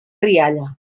rialla